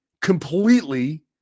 completely